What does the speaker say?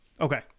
Okay